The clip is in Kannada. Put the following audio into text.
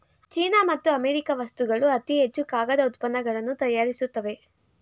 ಚೀನಾ ಮತ್ತು ಅಮೇರಿಕಾ ವಸ್ತುಗಳು ಅತಿ ಹೆಚ್ಚು ಕಾಗದ ಉತ್ಪನ್ನಗಳನ್ನು ತಯಾರಿಸುತ್ತವೆ